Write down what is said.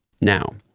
Now